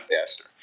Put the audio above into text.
faster